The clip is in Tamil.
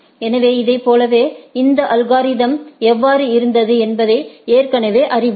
எனவே இதைப் போலவே இந்த அல்கோரிதம்களை எவ்வாறு இருந்தது என்பதை ஏற்கனவே அறிவோம்